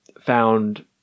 found